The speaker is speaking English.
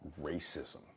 racism